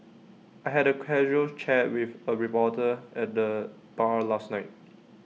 I had A casual chat with A reporter at the bar last night